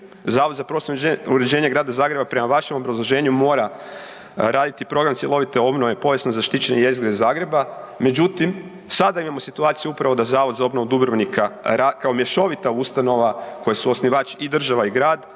Zavod za prostorno uređenje Grada Zagreba prema vašem obrazloženju mora raditi program cjelovite obnove povijesno zaštićene jezgre Zagreba. Međutim, sada imamo situaciju upravo da Zavod za obnovu Dubrovnika kao mješovita ustanova kojoj su osnivač i država i grad,